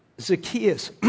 Zacchaeus